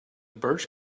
birch